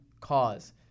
cause